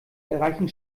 erreichen